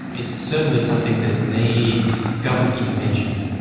it's certainly something that needs government intervention.